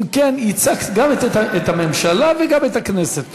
אם כן, ייצגת גם את הממשלה וגם את הכנסת.